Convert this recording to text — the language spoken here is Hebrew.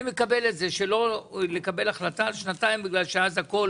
אני מקבל לא לקבל החלטה במשך שנתיים מפני שאז הכול